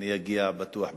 אני אגיע בטוח בשלום.